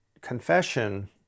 confession